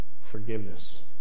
Forgiveness